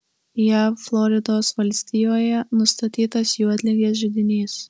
jav floridos valstijoje nustatytas juodligės židinys